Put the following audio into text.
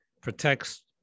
protects